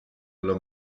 alla